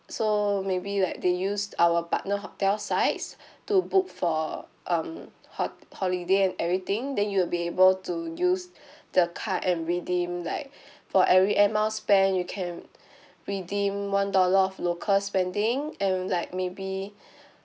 so maybe like they use our partner hotel sites to book for um hot~ holiday and everything then you will be able to use the card and redeem like for every air miles spent you can redeem one dollar of local spending and like maybe